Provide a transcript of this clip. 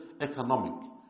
economic